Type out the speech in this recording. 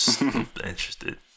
interested